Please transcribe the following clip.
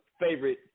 favorite